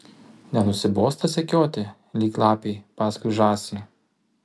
nenusibosta sekioti lyg lapei paskui žąsį